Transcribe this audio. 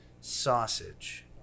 sausage